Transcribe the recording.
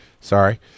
Sorry